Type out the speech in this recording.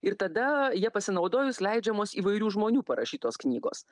ir tada jie pasinaudojus leidžiamos įvairių žmonių parašytos knygos